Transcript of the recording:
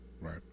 right